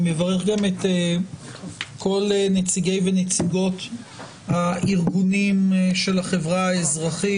אני מברך גם את כל נציגי ונציגות הארגונים של החברה האזרחית,